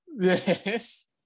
Yes